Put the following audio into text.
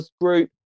group